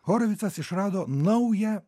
horovicas išrado naują